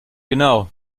genau